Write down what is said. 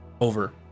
over